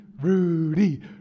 Rudy